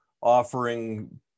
offering